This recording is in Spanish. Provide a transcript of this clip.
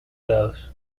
grados